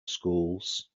schools